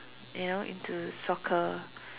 you know into soccer